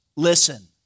Listen